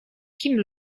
kim